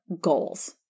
goals